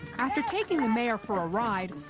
after taking the mayor for a ride,